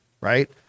Right